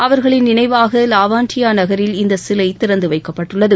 அவர்களின் நினைவாக லாவண்டியா நகரில் இந்த சிலை திறந்து வைக்கப்பட்டுள்ளது